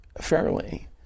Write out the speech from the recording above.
fairly